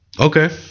Okay